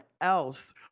else